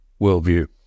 worldview